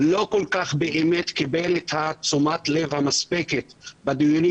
לא כל-כך קיבל את תשומת הלב המספקת בדיונים